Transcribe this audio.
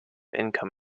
income